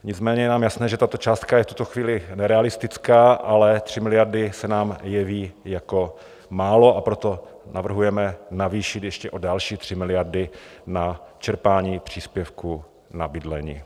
Nicméně je nám jasné, že tato částka je v tuto chvíli nerealistická, ale 3 miliardy se nám jeví jako málo, a proto navrhujeme navýšit ještě o další 3 miliardy na čerpání příspěvku na bydlení.